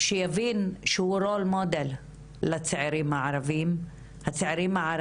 שיבין שהוא מודל לצעירים הערביים,